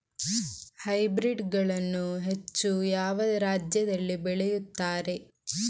Hybrid ಗಳನ್ನು ಹೆಚ್ಚು ಯಾವ ರಾಜ್ಯದಲ್ಲಿ ಬೆಳೆಯುತ್ತಾರೆ?